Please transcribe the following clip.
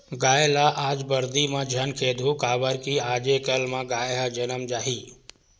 गाय ल आज बरदी म झन खेदहूँ काबर कि आजे कल म गाय ह जनम जाही